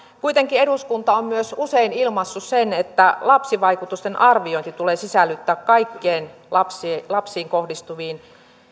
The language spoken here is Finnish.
kuitenkin eduskunta on myös usein ilmaissut sen että lapsivaikutusten arviointi tulee sisällyttää kaikkiin lapsiin lapsiin kohdistuviin lainsäädäntöhankkeisiin